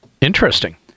Interesting